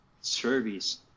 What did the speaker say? service